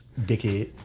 dickhead